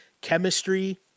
chemistry